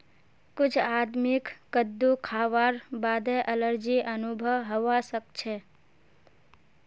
कुछ आदमीक कद्दू खावार बादे एलर्जी अनुभव हवा सक छे